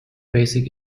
basic